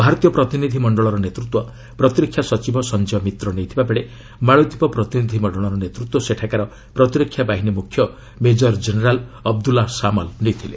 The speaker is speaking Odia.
ଭାରତୀୟ ପ୍ରତିନିଧି ମଣ୍ଡଳୀର ନେତୃତ୍ୱ ପ୍ରତିରକ୍ଷା ସଚିବ ସଂକ୍ୟ ମିତ୍ର ନେଇଥିବା ବେଳେ ମାଳଦୀପ ପ୍ରତିନିଧି ମଣ୍ଡଳର ନେତୃତ୍ୱ ସେଠାକାର ପ୍ରତିରକ୍ଷା ବାହିନୀ ମୁଖ୍ୟ ମେଜର ଜେନେରାଲ୍ ଅବଦୁଲ୍ଲା ଶାମାଲ୍ ନେଇଥିଲେ